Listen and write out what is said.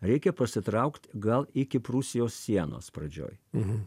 reikia pasitraukt gal iki prūsijos sienos pradžioj